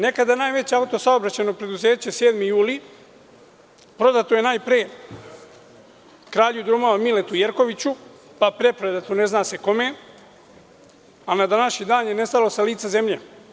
Nekada najveće auto-saobraćajno preduzeće „Sedmi juli“ prodato je prvo kralju drumova Miletu Jerkoviću, pa preprodato ne zna se kome, a na današnji dan je nestalo sa lica zemlje.